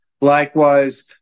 Likewise